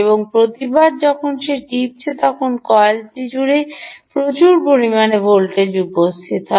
এবং প্রতিবার যখন সে টিপছে তখন এই কয়েলটি জুড়ে প্রচুর পরিমাণে ভোল্টেজ উপস্থিত হয়